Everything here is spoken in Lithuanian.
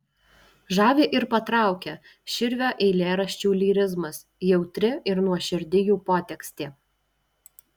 žavi ir patraukia širvio eilėraščių lyrizmas jautri ir nuoširdi jų potekstė